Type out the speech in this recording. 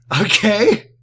Okay